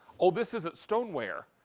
ah this isn't stoneware.